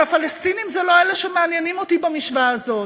אבל הפלסטינים הם לא אלה שמעניינים אותי במשוואה הזו,